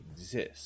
exist